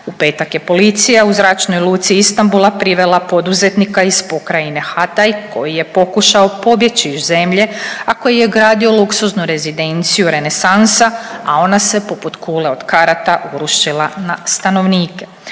U petak je policija u Zračnoj luci Istambula privela poduzetnika iz pokrajine Hatay koji je pokušao pobjeći iz zemlje, a koji je gradio luksuznu rezidenciju Renesansa, a ona se poput kule od karata urušila na stanovnike.